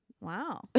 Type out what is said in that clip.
Wow